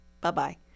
Bye-bye